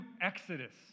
exodus